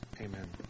Amen